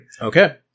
Okay